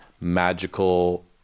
magical